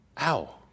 Ow